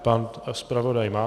Pan zpravodaj má.